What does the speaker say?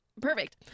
Perfect